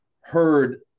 heard